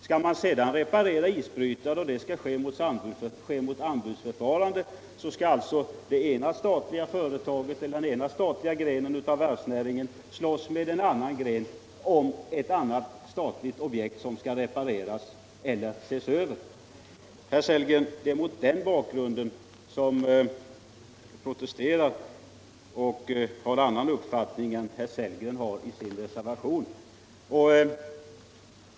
Skall sedan isbrytarna repareras, och det skall ske genom anbudsrförfarande, måste alltså den ena statliga grenen av varvsnäringen slåss med en annan gren av statligt varavsengagemang om ett statligt objekt I form av reparation celler översyn. Det är mot den bakgrunden. herr Sellgren. som vi protesterar och har en annan uppfattning än herr Sellgren ger uttryck för i sin reservation.